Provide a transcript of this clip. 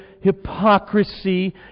hypocrisy